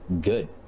good